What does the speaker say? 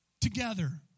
together